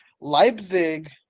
Leipzig